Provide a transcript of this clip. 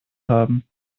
haben